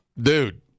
Dude